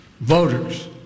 voters